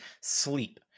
Sleep